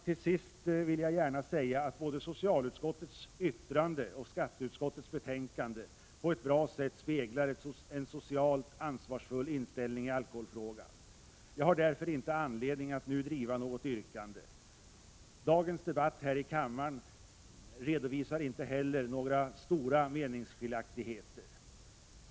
Till sist vill jag gärna säga att både socialutskottets yttrande och skatteutskottets betänkande på ett bra sätt speglar en socialt ansvarsfull inställning i alkoholfrågan. Jag har därför inte anledning att nu driva något yrkande. Dagens debatt här i kammaren redovisar inte heller några stora meningsskiljaktigheter.